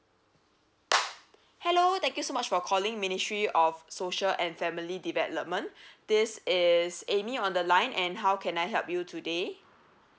hello thank you so much for calling ministry of social and family development this is amy on the line and how can I help you today